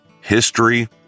history